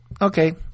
Okay